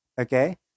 okay